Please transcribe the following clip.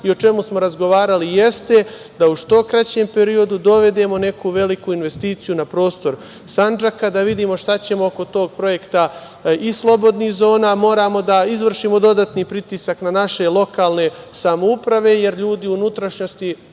i o čemu smo razgovarali jeste da u što kraćem periodu dovedemo neku veliku investiciju na prostor Sandžaka, da vidimo šta ćemo oko tog projekta i slobodnih zona. Moramo da izvršimo dodatni pritisak na naše lokalne samouprave, jer ljudi u unutrašnjosti,